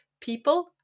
people